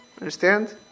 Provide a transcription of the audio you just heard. understand